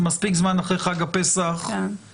זה מספיק זמן אחרי חג הפסח לבדוק את העניין.